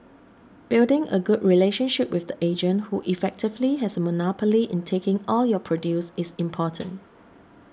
building a good relationship with the agent who effectively has a monopoly in taking all your produce is important